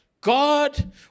God